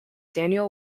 daniel